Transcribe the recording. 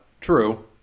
True